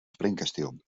springkasteel